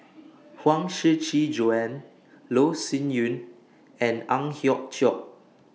Huang Shiqi Joan Loh Sin Yun and Ang Hiong Chiok